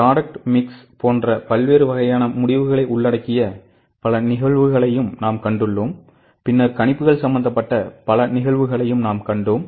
Product mix போன்ற பல்வேறு வகையான முடிவுகளை உள்ளடக்கிய பல நிகழ்வுகளையும் நாம் கண்டுள்ளோம் பின்னர் கணிப்புகள் சம்பந்தப்பட்ட பல நிகழ்வுகளையும் நாங்கள் கண்டோம்